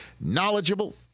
knowledgeable